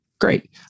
Great